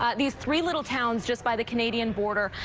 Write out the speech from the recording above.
ah these three little towns just by the canadian border,